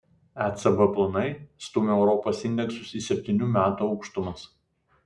ecb planai stumia europos indeksus į septynių metų aukštumas